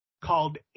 called